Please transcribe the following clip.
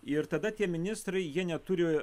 ir tada tie ministrai jie neturi